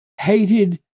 hated